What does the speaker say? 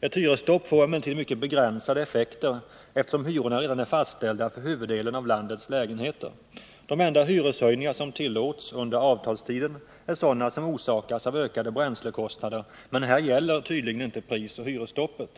Ett hyresstopp får emellertid mycket begränsade effekter, eftersom hyrorna redan är fastställda för huvuddelen av landets lägenheter. De enda hyreshöjningar som tillåts under avtalstiden är sådana som orsakas av ökade bränslekostnader, men här gäller tydligen inte prisoch hyresstoppet.